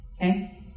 okay